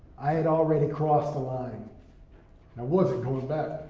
i had already crossed the line, and i wasn't going back.